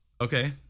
Okay